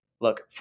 look